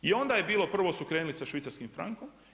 I onda je bilo prvo su krenuli sa švicarskim frankom.